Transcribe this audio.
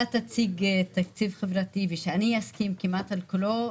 תציג תקציב חברתי ושאני אסכים כמעט על כולו,